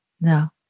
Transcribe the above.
No